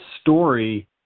story